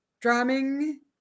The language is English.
drumming